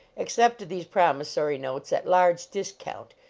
accepted these promissory notes at large discount,